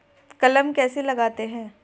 कलम कैसे लगाते हैं?